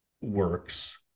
works